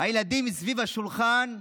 הילדים סביב השולחן,